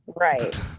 right